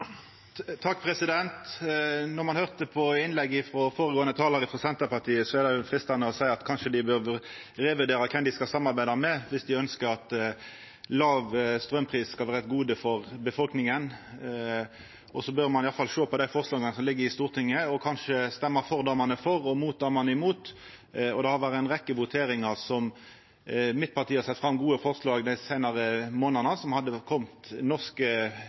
det freistande å seia at dei kanskje bør revurdera kven dei skal samarbeida med, viss dei ønskjer at låg straumpris skal vera eit gode for befolkninga. Så bør ein iallfall sjå på dei forslaga som ligg i Stortinget, og kanskje stemma for det ein er for, og mot det ein er mot. Mitt parti har sett fram gode forslag som ville ha kome norske innbyggjarar, vanlege folk, til gode, dei seinare